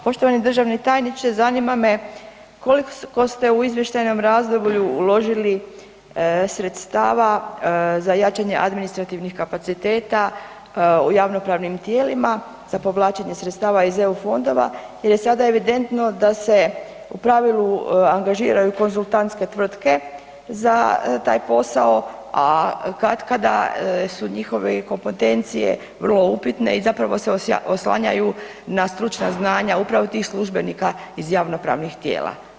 Poštovani državni tajniče zanima me koliko ste u izvještajnom razdoblju uložili sredstava za jačanje administrativnih kapaciteta u javnopravnim tijelima za povlačenje sredstava iz EU fondova jer je sada evidentno da se u pravilu angažiraju konzultantske tvrtke za taj posao, a katkada su njihove kompetencije vrlo upitne i zapravo se oslanjaju na stručna znanja upravo tih službenika iz javnopravnih tijela?